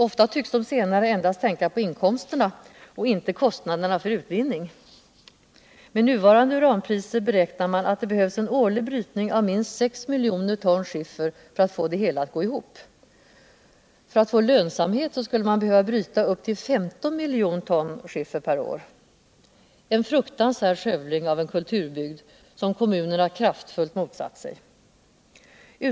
Ofta tycks de senare endast tänka på inkomsterna och inte på kostnaderna för utvinning. Med nuvarande uranpriser beräknar man att det behövs en årlig brytning på minst 6 miljoner ton skiffer för att man skall få det hela att gå ihop. För att få lönsamhet skulle man behöva bryta upp till 15 miljoner ton skiffer per år —en fruktansvärd skövling av en kulturbygd, som kommunerna kraftfullt motsatt sig.